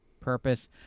purpose